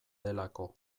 delako